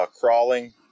crawling